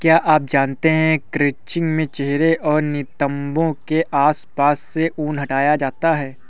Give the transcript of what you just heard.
क्या आप जानते है क्रचिंग में चेहरे और नितंबो के आसपास से ऊन हटाया जाता है